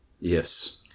Yes